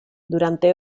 durante